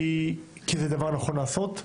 כי זה דבר נכון לעשות,